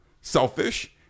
selfish